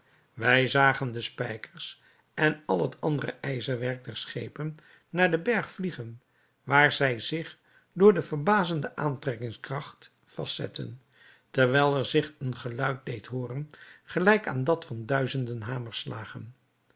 wij zagen de spijkers en al het andere ijzerwerk der schepen naar den berg vliegen waar zij zich door de verbazende aantrekkingskracht vastzetten terwijl er zich een geluid deed hooren gelijk aan dat van duizenden